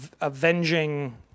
avenging